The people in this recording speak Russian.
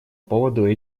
поводу